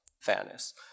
fairness